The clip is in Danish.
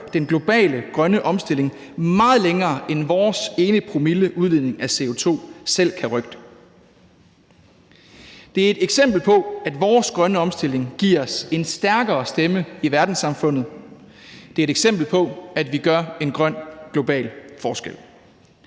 den globale grønne omstilling meget længere, end vores ene promille udledning af CO2 selv kan rykke. Det er et eksempel på, at vores grønne omstilling giver os en stærkere stemme i verdenssamfundet. Det er et eksempel på, at vi gør en grøn global forskel.